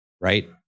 right